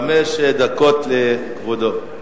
חמש דקות לכבודו.